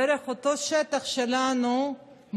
דרך אותו שטח שלנו,